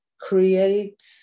create